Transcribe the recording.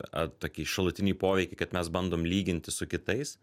ar tokį šalutinį poveikį kad mes bandom lygintis su kitais